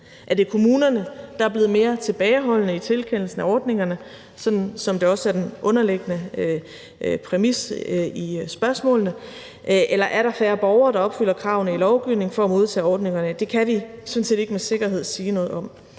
Er det kommunerne, der er blevet mere tilbageholdende i tilkendelsen af ordningerne, sådan som det også er den underliggende præmis i spørgsmålene, eller er der færre borgere, der opfylder kravene i lovgivningen for at modtage ordningerne? Det kan vi sådan set ikke sige noget om